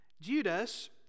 Judas